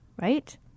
right